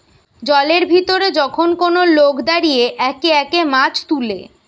জলের ভিতরে যখন কোন লোক দাঁড়িয়ে একে একে মাছ তুলে